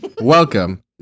Welcome